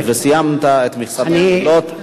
וסיימת את מכסת השאלות.